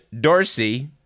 Dorsey